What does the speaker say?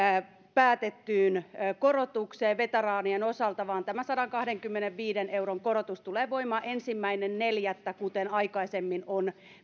päätettyyn korotukseen veteraanien osalta vaan tämä sadankahdenkymmenenviiden euron korotus tulee voimaan ensimmäinen neljättä kuten aikaisemmin on